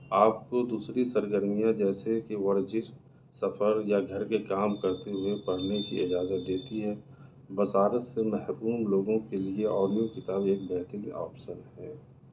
آپ کو دوسری سرگرمیاں جیسے کہ ورزش سفر یا گھر کے کام کرتے ہوئے پڑھنے کے اجازت دیتی ہے بس عادت سے محروم لوگوں کے لیے آڈیو کتاب ایک بہترین آپشن ہے